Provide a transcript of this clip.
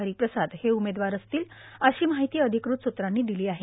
हरीप्रसाद हे उमेदवार असतील अशी माहिती अधिकृत सूत्रांनी दिली आहे